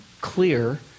clear